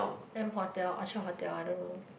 M-Hotel Orchard hotel I don't know